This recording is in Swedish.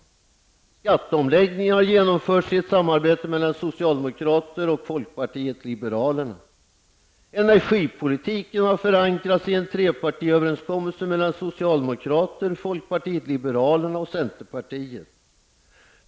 Skatteomläggningen har genomförts i ett samarbete mellan socialdemokrater och folkpartiet liberalerna. Energipolitiken har förankrats i en trepartiöverenskommelse mellan socialdemokrater, folkpartiet liberalerna och centerpartiet.